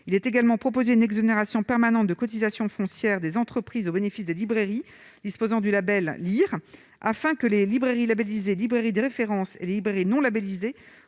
il est également proposé une exonération permanente de cotisation foncière des entreprises au bénéfice des librairies disposant du Label lire afin que les librairies labellisées librairies de référence libre et non labellisés